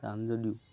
টান যদিও